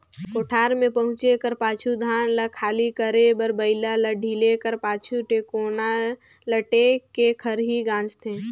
कोठार मे पहुचे कर पाछू धान ल खाली करे बर बइला ल ढिले कर पाछु, टेकोना ल टेक के खरही गाजथे